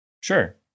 Sure